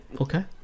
Okay